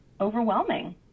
overwhelming